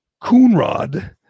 Coonrod